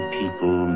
people